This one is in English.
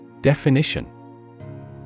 Definition